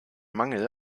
mangel